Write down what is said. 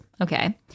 Okay